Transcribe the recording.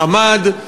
מעמד,